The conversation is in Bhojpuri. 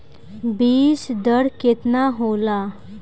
बीज दर केतना होला?